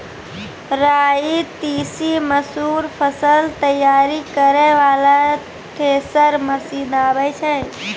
राई तीसी मसूर फसल तैयारी करै वाला थेसर मसीन आबै छै?